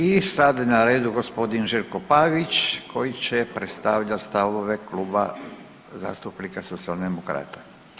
I sad je na redu g. Željko Pavić koji će predstavljati stavove Kluba zastupnika Socijaldemokrata.